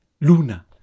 Luna